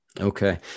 Okay